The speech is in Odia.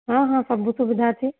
ହଁ ହଁ ସବୁ ସୁବିଧା ଅଛି